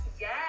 yes